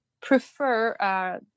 prefer